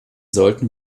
sollten